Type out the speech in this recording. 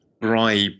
bribe